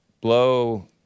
Blow